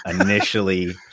initially